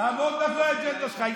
תעמוד מאחורי האג'נדה שלך.